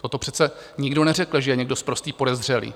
No to přece nikdo neřekl, že je někdo sprostý podezřelý.